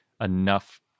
enough